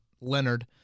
Leonard